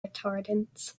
retardants